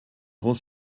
grand